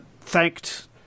thanked